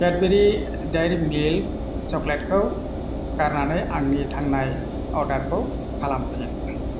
Cadbury Dairy Milk चकलेटखौ गारनानै आंनि थांनाय अर्डारखौ खालामफिन